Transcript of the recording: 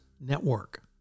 Network